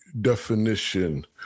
definition